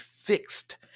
Fixed